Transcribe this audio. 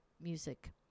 music